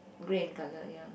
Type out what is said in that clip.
grey in colour ya